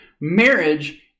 Marriage